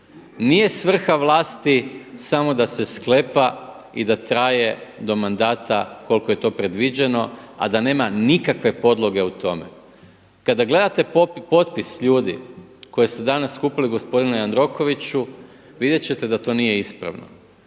Nije svrha vlasti samo da se sklepa i da traje do mandata koliko je to predviđeno a da nema nikakve podloge u tome. Kada gledate potpis ljudi koje ste danas skupili gospodine Jandrokoviću vidjeti ćete da to nije ispravno,